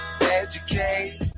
Educate